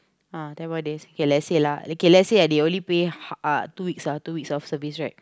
ah ten more days okay lets say lah okay lets say they only pay uh two weeks ah two weeks of service right